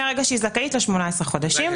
מרגע שהיא זכאית ל-18 חודשים.